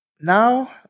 Now